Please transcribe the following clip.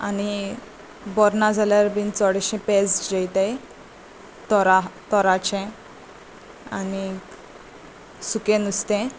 आनी बरीं ना जाल्यार बीन चडशे पॅज जेवताय तोरा तोराचे आनी सुकें नुस्तें